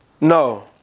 No